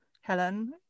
Helen